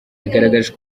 yagaragaje